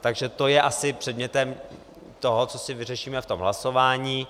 Takže to je asi předmětem toho, co si vyřešíme v hlasování.